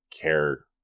care